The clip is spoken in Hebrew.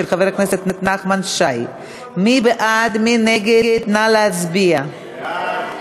עברה בקריאה ראשונה ועוברת לוועדת הכלכלה להכנה לקריאה שנייה ושלישית.